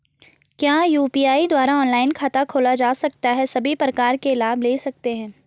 क्या यु.पी.आई द्वारा ऑनलाइन खाता खोला जा सकता है सभी प्रकार के लाभ ले सकते हैं?